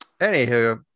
Anywho